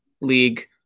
league